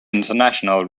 international